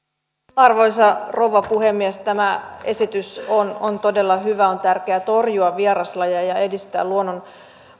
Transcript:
arvoisa rouva puhemies tämä esitys on on todella hyvä on tärkeää torjua vieraslajeja ja edistää luonnon